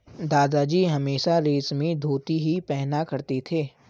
दादाजी हमेशा रेशमी धोती ही पहना करते थे